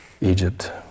Egypt